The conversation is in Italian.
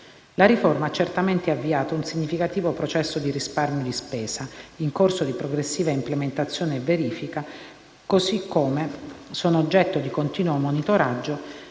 La riforma ha, certamente, avviato un significativo processo di risparmio di spesa, in corso di progressiva implementazione e verifica, così come sono oggetto di continuo monitoraggio